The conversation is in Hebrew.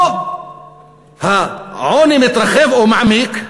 פה העוני מתרחב או מעמיק,